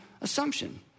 assumption